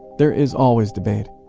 there is always debate,